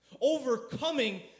overcoming